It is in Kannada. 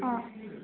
ಹಾಂ